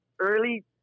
early